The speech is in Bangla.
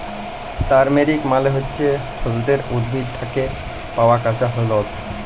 তারমেরিক মালে হচ্যে হল্যদের উদ্ভিদ থ্যাকে পাওয়া কাঁচা হল্যদ